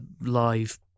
live